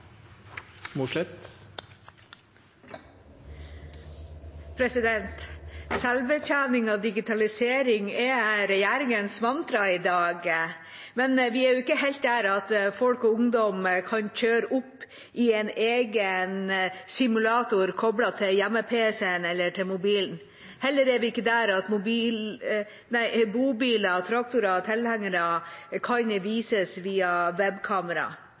mantra i dag, men vi er ikke helt der at folk, inkludert ungdom, kan kjøre opp i en egen simulator koplet til hjemme-PC eller til mobilen. Heller ikke er vi der at bobiler, traktorer og tilhengere kan vises via webkamera.